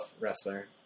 wrestler